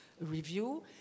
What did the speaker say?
review